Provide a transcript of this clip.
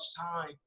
time